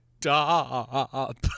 Stop